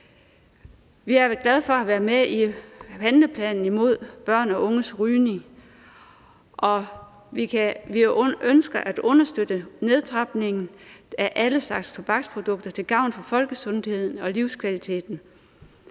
Vi er glade for at have været med i handleplanen mod børn og unges rygning, og vi ønsker at understøtte nedtrapning af alle slags tobaksprodukter til gavn for folkesundheden og livskvaliteten.